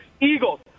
Eagles